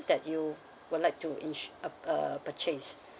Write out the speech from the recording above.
that you would like to ins~ uh purchase